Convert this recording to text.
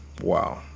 wow